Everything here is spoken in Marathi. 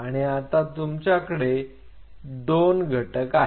आणि आता तुमच्याकडे 2 दोन घटक आहेत